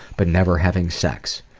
but never having sex.